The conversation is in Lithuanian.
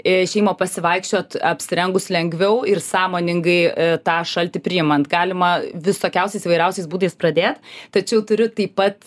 išėjimo pasivaikščiot apsirengus lengviau ir sąmoningai tą šaltį priimant galima visokiausiais įvairiausiais būdais pradėt tačiau turiu taip pat